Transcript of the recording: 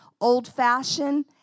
old-fashioned